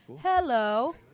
Hello